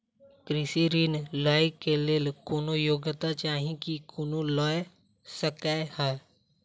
कृषि ऋण लय केँ लेल कोनों योग्यता चाहि की कोनो लय सकै है?